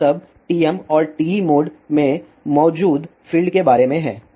यह सब TM और TE मोड में मौजूद फील्ड के बारे में है